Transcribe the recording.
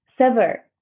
sever